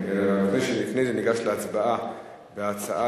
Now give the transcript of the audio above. אני מבקש שלפני זה ניגש להצבעה על ההצעה